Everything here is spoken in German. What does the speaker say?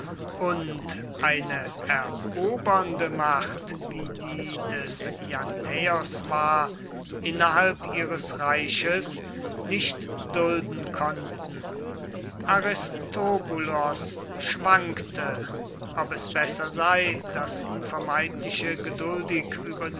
und eine erobernde macht wie die des jannaeos war innerhalb ihres reiches nicht dulden konnten aristobulos schwankte ob es besser sei das unvermeidliche geduldig über